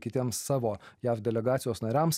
kitiems savo jav delegacijos nariams